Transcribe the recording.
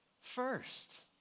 first